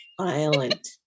violent